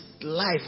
Life